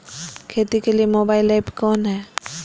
खेती के लिए मोबाइल ऐप कौन है?